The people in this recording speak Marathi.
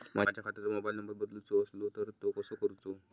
माझ्या खात्याचो मोबाईल नंबर बदलुचो असलो तर तो कसो करूचो?